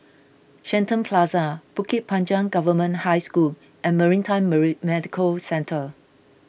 Shenton Plaza Bukit Panjang Government High School and Maritime Marine Medical Centre